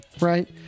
Right